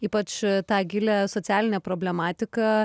ypač tą gilią socialinę problematiką